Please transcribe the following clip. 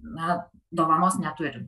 na dovanos neturim